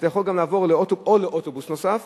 אתה יכול גם לעבור או לאוטובוס נוסף,